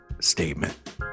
statement